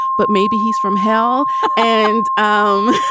but maybe he's from hell and um